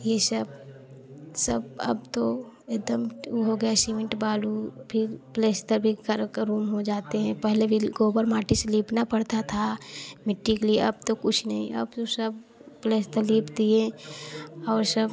यह सब सब अब तो एकदम वह हो गया है सीमेंट बालू फ़िर प्लसतर भी सारा को होम हो जाते हैं पहले भी गोबर माटी से लीपना पड़ता था मिट्टी के लिए अब तो कुछ नहीं अब तो सब प्लसतर लीप दिए और सब